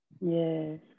Yes